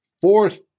fourth